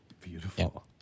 Beautiful